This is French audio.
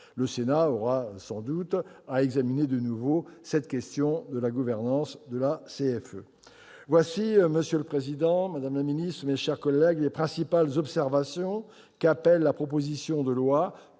Le Sénat aura sans doute à examiner de nouveau la question de la gouvernance de la CFE. Monsieur le président, madame la ministre, mes chers collègues, telles sont les principales observations qu'appelle la proposition de loi